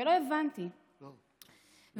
ולא הבנתי אז,